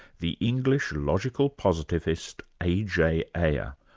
the english logical positivist, a. j. ayer,